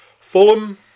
Fulham